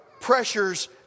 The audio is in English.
pressures